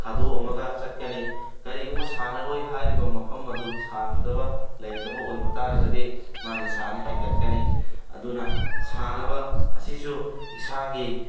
ꯊꯥꯗꯣꯛꯑꯝꯃꯒ ꯆꯠꯀꯅꯤ ꯀꯔꯤꯒꯨꯝꯕ ꯁꯥꯟꯅꯔꯣꯏ ꯍꯥꯏꯔꯤꯕ ꯃꯐꯝ ꯑꯗꯨ ꯁꯥꯟꯅꯗꯕ ꯂꯩꯇꯕ ꯑꯣꯏꯕ ꯇꯥꯔꯒꯗꯤ ꯃꯥ ꯅꯤꯁꯥꯅ ꯍꯦꯟꯒꯠꯀꯅꯤ ꯑꯗꯨꯅ ꯁꯥꯟꯅꯕ ꯑꯁꯤꯁꯨ ꯏꯁꯥꯒꯤ